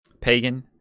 Pagan